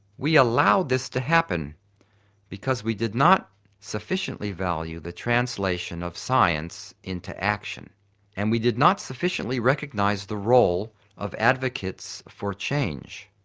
we allowed this to happen because we did not sufficiently value the translation of science into action and we did not sufficiently recognise the role of advocates for change.